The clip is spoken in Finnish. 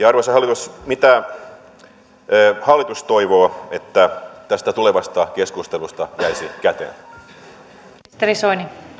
arvoisa hallitus mitä hallitus toivoo tästä tulevasta keskustelusta jäävän käteen arvoisa